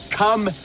come